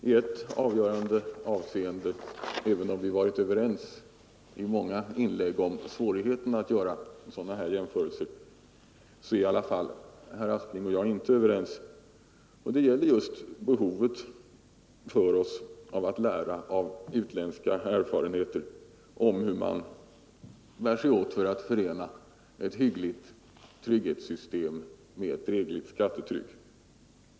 Även om vi i många inlägg varit överens om svårigheterna att göra sådana här jämförelser är herr Aspling och jag inte överens i ett avgörande avseende, nämligen när det gäller vårt behov att lära av utländska erfarenheter av hur man bär sig åt för att förena ett hyggligt trygghetssystem med ett drägligt skattetryck.